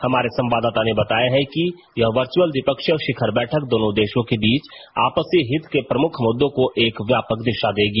हमारे संवाददाता ने बताया है कि यह वच्र्अल द्विपक्षीय शिखर बैठक दोनों देशों के बीच आपसी हित के प्रमुख मुद्दों को एक व्यापक दिशा देगी